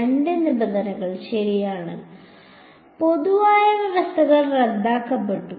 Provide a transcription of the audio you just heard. രണ്ട് നിബന്ധനകൾ ശരിയാണ് യുടെ പൊതുവായ വ്യവസ്ഥകൾ റദ്ദാക്കപ്പെട്ടു